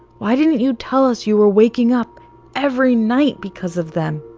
why didn't you tell us you were waking up every night because of them?